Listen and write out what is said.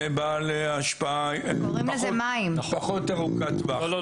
ובכל זאת נעשה שימוש במכתזיות ואנשים הועמדו